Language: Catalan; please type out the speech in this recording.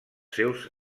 seus